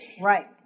Right